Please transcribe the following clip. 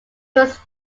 was